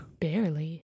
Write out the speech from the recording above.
Barely